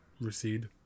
recede